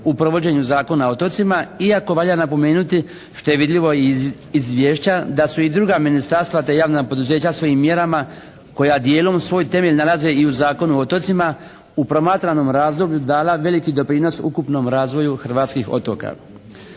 u provođenja Zakona o otocima, iako valja napomenuti, što je vidljivo iz Izvješća da su i druga ministarstva te javna poduzeća svojim mjerama koji dijelom svoj temelj nalaze i u Zakonu o otocima u promatranom razdoblju dala veliki doprinos ukupnom razvoju hrvatskih otoka.